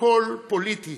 הכול פוליטי,